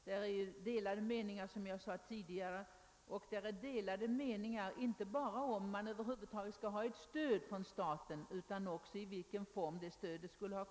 Det råder ju delade mening, som jag tidigare nämnde, inte bara om huruvida frikyrkorna över huvud taget skall ha stöd från staten utan också om i vilken form detta stöd skall utgå.